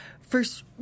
first